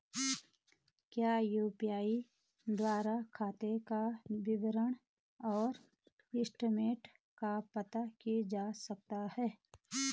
क्या यु.पी.आई द्वारा खाते का विवरण और स्टेटमेंट का पता किया जा सकता है?